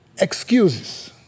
Excuses